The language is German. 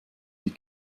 die